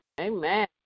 Amen